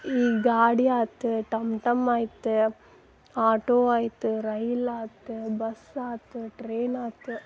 ಈಗ ಗಾಡಿ ಆಯ್ತ್ ಟಮ್ ಟಮ್ ಆಯ್ತ್ ಆಟೋ ಆಯ್ತು ರೈಲು ಆಯ್ತ್ ಬಸ್ ಆಯ್ತ್ ಟ್ರೈನ್ ಆಯ್ತ್